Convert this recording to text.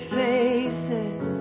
faces